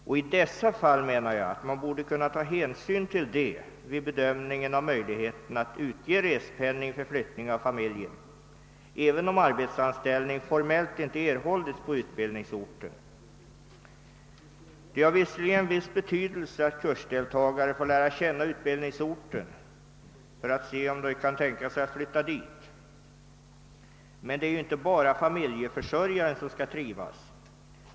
Till dessa fall menar jag att man borde kunna ta hänsyn vid bedömning av möjligheten att utge respenning för flyttning av familjen, även om arbetsanställning formellt inte erhållits på utbildningsorten. Det har visserligen en viss betydelse att kursdeltagare får lära känna utbildningsorten för att se om de kan tänka sig att flytta dit, men det är ju inte bara familjeförsörjaren som skall trivas.